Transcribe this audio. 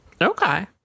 okay